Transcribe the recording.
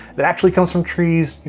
that actually comes from trees.